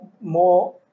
more